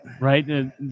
right